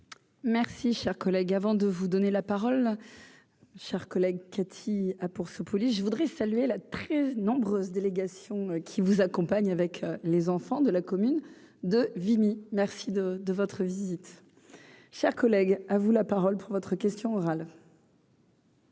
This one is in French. Merci, chers collègues, avant de vous donner la parole, cher collègue, Cathy ah pour ce police je voudrais saluer la très nombreuses délégations qui vous accompagne avec les enfants de la commune de Vimy, merci de de votre visite, collègue, à vous la parole pour votre question orale.